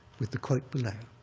with the quote below.